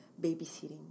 babysitting